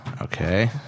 Okay